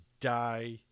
die